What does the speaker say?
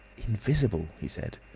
invisible! he said.